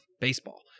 baseball